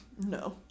No